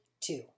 two